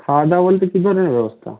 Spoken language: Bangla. খাওয়া দাওয়া বলতে কী ধরনের ব্যবস্থা